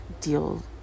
deal